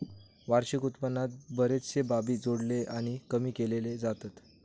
वार्षिक उत्पन्नात बरेचशे बाबी जोडले आणि कमी केले जातत